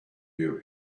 you